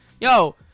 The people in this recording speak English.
Yo